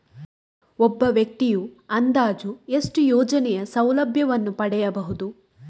ಒಬ್ಬ ವ್ಯಕ್ತಿಯು ಅಂದಾಜು ಎಷ್ಟು ಯೋಜನೆಯ ಸೌಲಭ್ಯವನ್ನು ಪಡೆಯಬಹುದು?